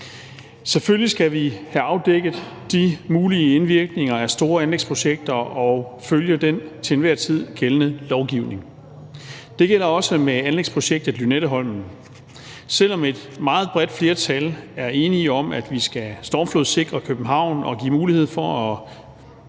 Selvfølgelig skal vi have afdækket de mulige indvirkninger af store anlægsprojekter og følge den til enhver tid gældende lovgivning. Det gælder også med anlægsprojektet Lynetteholmen. Selv om et meget bredt flertal er enige om, at vi skal stormflodssikre København og give mulighed for at